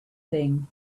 thing